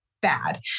bad